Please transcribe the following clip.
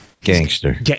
Gangster